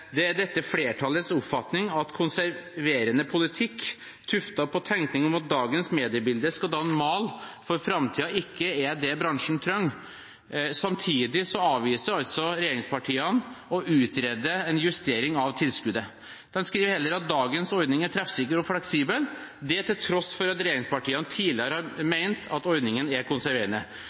«Det er dette flertallets oppfatning at konserverende politikk, tuftet på tenkning om at dagens mediebilde skal danne mal for fremtiden, ikke er det bransjen trenger.» Samtidig avviser altså regjeringspartiene å utrede en justering av tilskuddet. De skriver heller at dagens ordning er «treffsikker og fleksibel», til tross for at regjeringspartiene tidligere har ment at ordningen er konserverende.